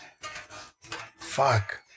Fuck